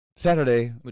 Saturday